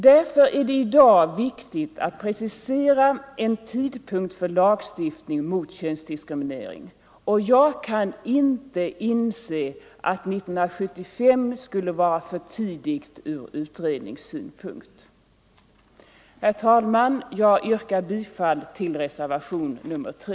Därför är det i dag viktigt att precisera en tidpunkt för lagstiftning mot könsdiskriminering. Jag kan inte inse att 1975 skulle vara för tidigt ur utredningssynpunkt. Herr talman! Jag yrkar bifall till reservationen 3.